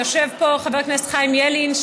יושב פה חבר הכנסת חיים ילין,